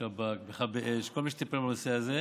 שב"כ, מכבי אש, כל מי שטיפל בנושא הזה,